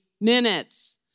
minutes